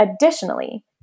Additionally